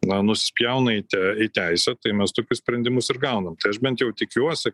na nusispjauna į te į teisę tai mes tokius sprendimus ir gaunam tai aš bent jau tikiuosi